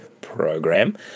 program